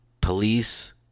police